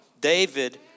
David